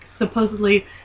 supposedly